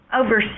over